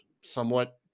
somewhat